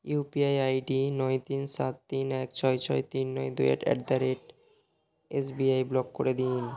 UPI ID নয় তিন সাত তিন এক ছয় ছয় তিন নয় দুই আট at the rate SBI block করে দিন